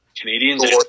Canadians